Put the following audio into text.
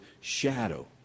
shadow